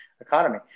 economy